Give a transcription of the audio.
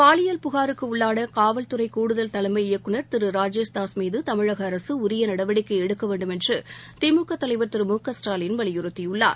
பாலியல் புகாருக்குஉள்ளானகாவல்துறைகூடுதல் தலைமை இயக்குநர் திருராஜேஷ் தாஸ் மீதுதமிழகஅரசுஉரியநடவடிக்கைஎடுக்கவேண்டும் என்றுதிமுகதலைவர் திரு ஸ்டாலின் வலியுறுத்தியுள்ளார்